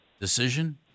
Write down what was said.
decision